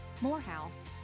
Morehouse